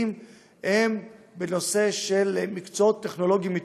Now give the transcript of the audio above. הם בנושא של מקצועות טכנולוגיים מתקדמים.